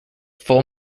full